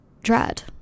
dread